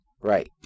Right